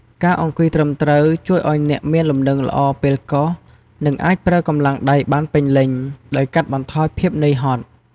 ការអង្គុយត្រឹមត្រូវជួយឱ្យអ្នកមានលំនឹងល្អពេលកោស និងអាចប្រើកម្លាំងដៃបានពេញលេញ ដោយកាត់បន្ថយភាពនឿយហត់។